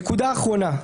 נקודה אחרונה,